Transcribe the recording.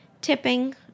Tipping